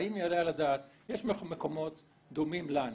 יש מקומות דומים לנו.